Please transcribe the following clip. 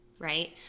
right